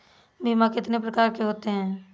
बीमा कितनी प्रकार के होते हैं?